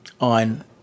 on